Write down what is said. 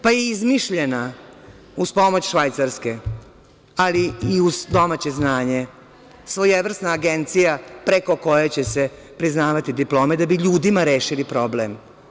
Pa je izmišljena uz pomoć Švajcarske, ali i uz domaće znanje, svojevrsna agencija preko koje će se priznavati diplome da bi ljudima rešili problem.